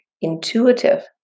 intuitive